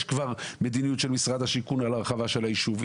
יש כבר מדיניות של משרד השיכון על ההרחבה של היישוב.